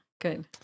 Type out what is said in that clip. good